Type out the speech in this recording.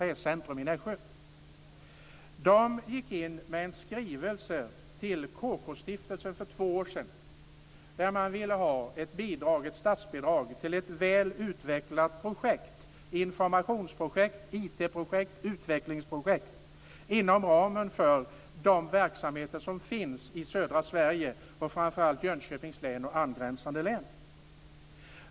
För två år sedan gick man in med en skrivelse till KK stiftelsen där man ville ha statsbidrag till ett väl utvecklat projekt - informationsprojekt, IT-projekt, utvecklingsprojekt - inom ramen för de verksamheter som finns i södra Sverige, framför allt Jönköpings län och angränsande län.